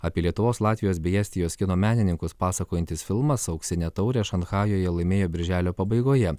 apie lietuvos latvijos bei estijos kino menininkus pasakojantis filmas auksinę taurę šanchajuje laimėjo birželio pabaigoje